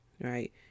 right